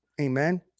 Amen